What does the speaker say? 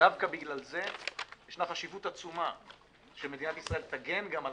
דווקא בגלל זה ישנה חשיבות עצומה שמדינת ישראל תגן גם על